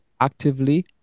actively